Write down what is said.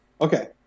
Okay